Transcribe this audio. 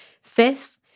Fifth